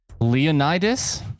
Leonidas